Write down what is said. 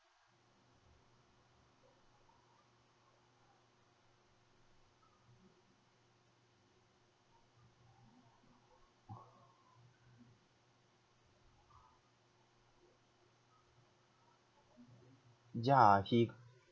ya he